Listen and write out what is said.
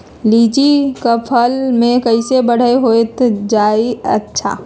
लिचि क फल म कईसे बढ़त होई जादे अच्छा?